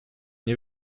nie